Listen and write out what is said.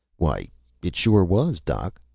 why it sure was, doc,